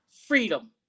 Freedom